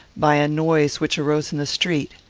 by a noise which arose in the street.